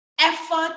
effort